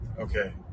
Okay